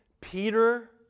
Peter